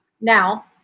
now